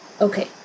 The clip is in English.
okay